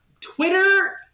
twitter